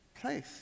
place